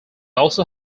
also